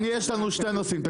יש לנו שני נושאים: